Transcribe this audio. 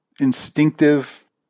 instinctive